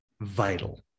vital